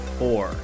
four